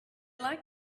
like